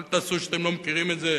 ואל תעשו כאילו אתם לא מכירים את זה,